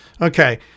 Okay